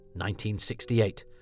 1968